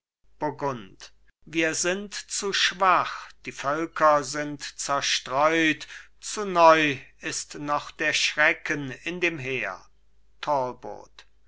wir sind zu schwach die völker sind zerstreut zu neu ist noch der schrecken in dem heer